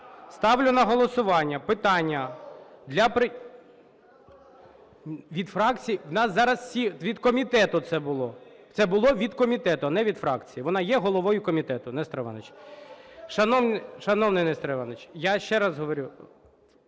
Ставлю на голосування питання… Від фракцій… В нас зараз всі… Від комітету це було. Це було від комітету, а не від фракції. Вона є головою комітету, Нестор Іванович. Шановний Нестор Іванович, я ще раз говорю…